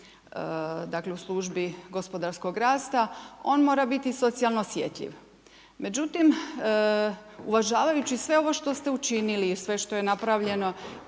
dakle u službi gospodarskog rasta on mora biti socijalno osjeljiv. Međutim uvažavajući sve ovo što ste učinili, sve što je napravljeno